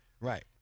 Right